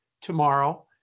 tomorrow